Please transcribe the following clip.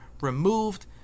removed